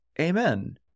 amen